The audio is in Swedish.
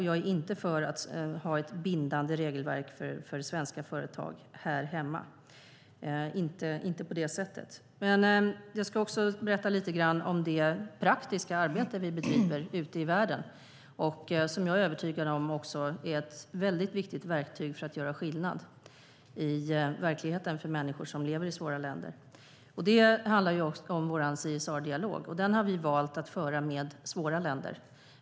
Jag är inte för att ha ett bindande regelverk för svenska företag här hemma, inte på det sättet. Jag ska också berätta lite grann om det praktiska arbete som vi bedriver ute i världen, som jag är övertygad om också är ett väldigt viktigt verktyg för att göra skillnad i verkligheten för människor som lever i svåra länder. Det handlar om vår CSR-dialog, och den har vi valt att föra med svåra länder.